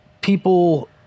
people